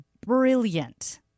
brilliant